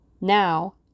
Now